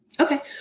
Okay